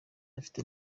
ati